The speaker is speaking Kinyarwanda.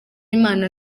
imana